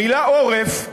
המילה עורף,